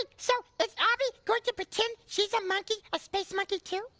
like so is abby going to pretend she's a monkey, a space monkey too?